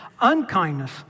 Unkindness